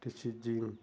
ਤਸ਼ੀਜਿੰਗ